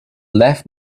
left